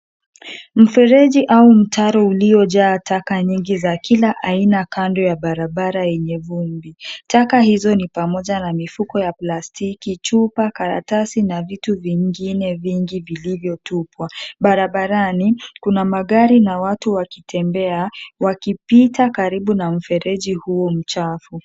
Mfereji au mtaro uliojaa taka nyingi za kila aina kando ya barabara yenye vumbi. Taka hizo ni pamoja na mifuko ya plastiki, chupa, karatasi na vitu vingine vingi vilivyotupwa. Barabarani kuna magari na watu wakitembea wakipita karibu na mfereji huo mchafu.